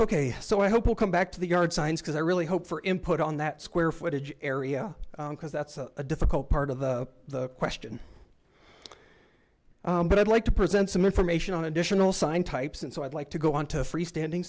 ok so i hope we'll come back to the yard signs because i really hope for input on that square footage area because that's a difficult part of the question but i'd like to present some information on additional sign types and so i'd like to go on to freestanding